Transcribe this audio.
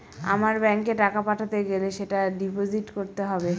আমার ব্যাঙ্কে টাকা পাঠাতে গেলে সেটা ডিপোজিট করতে হবে